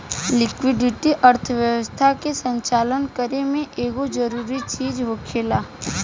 liquidity अर्थव्यवस्था के संचालित करे में एगो जरूरी चीज होखेला